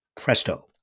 Presto